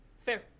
Fair